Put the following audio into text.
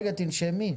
רגע, תנשמי.